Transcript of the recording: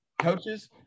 Coaches